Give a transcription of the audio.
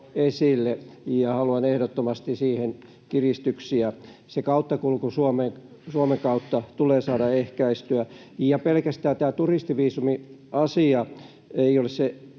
ja haluan ehdottomasti siihen kiristyksiä. Kauttakulku Suomen kautta tulee saada ehkäistyä. Ja tässä ei ole pelkästään tämä turistiviisumiasia yksin,